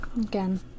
Again